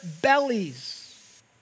bellies